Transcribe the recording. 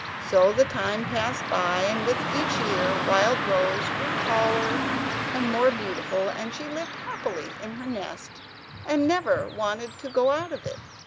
so the time passed by, and with each year wildrose grew taller and more beautiful, and she lived happily in her nest and never wanted to go out of it,